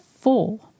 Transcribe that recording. four